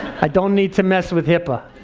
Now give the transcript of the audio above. i don't need to mess with hipaa.